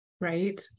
Right